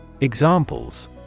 Examples